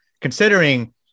considering